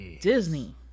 Disney